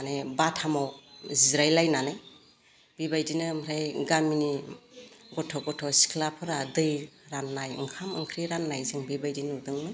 माने बाटामाव जिरायलायनानै बेबायदिनो ओमफ्राय गामिनि गथ' गथ' सिख्लाफ्रा दै राननाय ओंखाम ओंख्रि राननाय जों बेबायदि नुदोंमोन